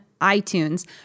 iTunes